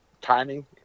timing